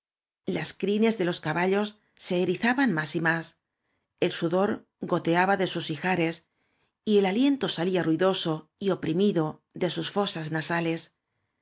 las crines de los caballos se erizaban más y más el sudor goteaba de sus ijares y el aliento sa lía ruidoso y oprimido de sus íosas nasales